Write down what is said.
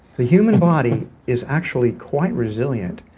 the human body is actually quite resilient.